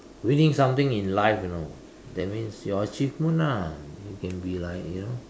winning something in life you know that means your achievement ah it can be like you know